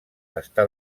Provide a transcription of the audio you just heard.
està